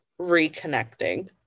reconnecting